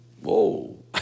whoa